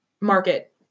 market